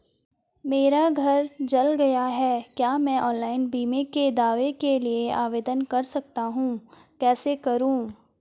मेरा घर जल गया है क्या मैं ऑनलाइन बीमे के दावे के लिए आवेदन कर सकता हूँ कैसे करूँ?